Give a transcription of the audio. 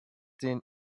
den